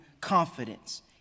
confidence